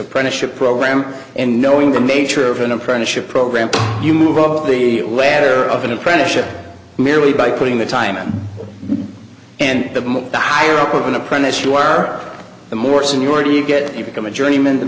apprenticeship program and knowing the nature of an apprenticeship program you move up the ladder of an apprenticeship merely by putting the time and the more the higher up of an apprentice you are the more seniority you get you become a journeyman the